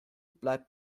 bleibt